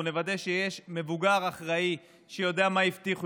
אנחנו נוודא שיש מבוגר אחראי שיודע מה הבטיחו,